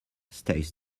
stays